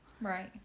Right